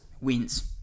wins